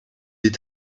est